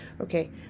okay